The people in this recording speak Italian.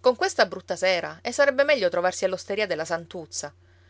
con questa brutta sera e sarebbe meglio trovarsi all'osteria della santuzza